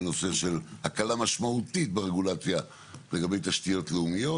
הנושא של הקלה משמעותית ברגולציה לגבי תשתיות לאומיות,